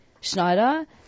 Schneider